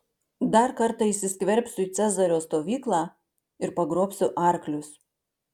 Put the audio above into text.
dar kartą įsiskverbsiu į cezario stovyklą ir pagrobsiu arklius